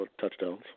touchdowns